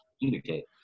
communicate